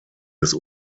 des